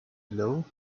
below